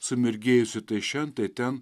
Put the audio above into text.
sumirgėjusi tai šen tai ten